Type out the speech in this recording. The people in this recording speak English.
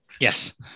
Yes